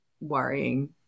worrying